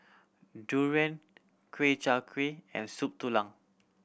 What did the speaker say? durian Ku Chai Kuih and Soup Tulang